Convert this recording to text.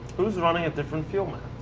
who's running a different fuel map?